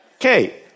Okay